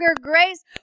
Grace